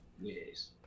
Yes